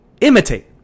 imitate